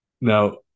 Now